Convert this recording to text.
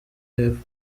y’epfo